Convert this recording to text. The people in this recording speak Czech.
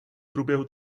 průběhu